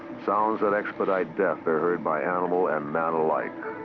sounds that expedite death are heard by animal and man alike.